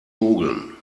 mogeln